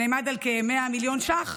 שנאמד ב-100 מיליון ש"ח,